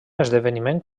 esdeveniment